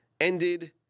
ended